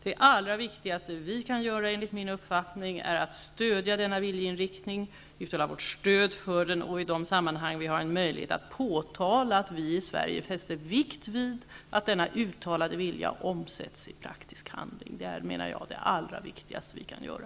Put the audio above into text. Det allra viktigaste vi kan göra är enligt min uppfattning att uttala vårt stöd för denna viljeinriktning och i de sammanhang där vi har en möjlighet till det påtala att vi i Sverige fäster vikt vid att denna vilja omsätts i praktisk handling. Det är, menar jag, det allra viktigaste vi kan göra.